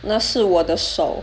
那是我的手